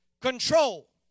control